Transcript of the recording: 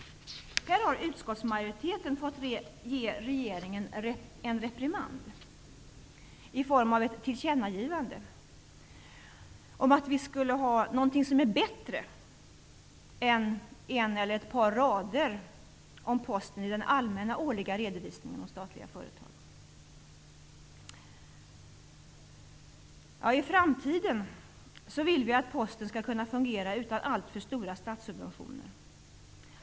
Här har utskottsmajoriteten fått ge regeringen en reprimand i form av ett tillkännagivande om att vi skall ha någonting bättre än en eller ett par rader om Posten i den allmänna årliga redovisningen om statliga företag. Vi vill att Posten i framtiden skall kunna fungera utan alltför stora statssubventioner.